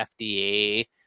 FDA